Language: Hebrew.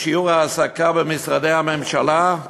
בשיעור העסקה במשרדי הממשלה?